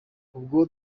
ubwo